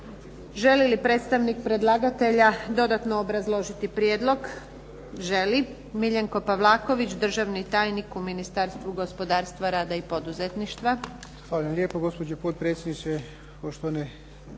Želi li predstavnik predlagatelja dodatno obrazložiti prijedlog? Želi. Miljenko Pavlaković državni tajnik u Ministarstvu gospodarstva, rada i poduzetništva. **Pavlaković, Miljenko** Hvala